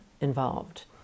involved